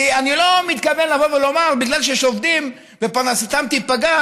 כי אני לא מתכוון לבוא ולומר: בגלל שיש עובדים ופרנסתם תיפגע,